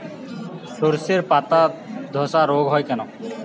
শর্ষের পাতাধসা রোগ হয় কেন?